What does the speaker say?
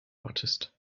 artist